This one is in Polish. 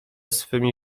swymi